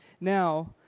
Now